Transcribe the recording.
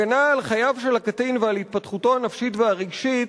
הגנה על חייו של הקטין ועל התפתחותו הנפשית והרגשית,